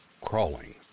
crawling